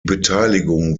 beteiligung